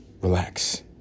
relax